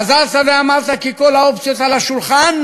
חזרת ואמרת כי כל האופציות על השולחן,